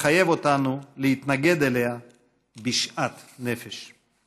שתחייב אותנו להתנגד אליה בשאט נפש.